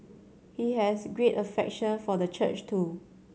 he has great affection for the church too